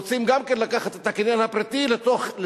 שרוצים גם לקחת את הקניין הפרטי לצורך